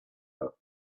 love